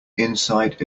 inside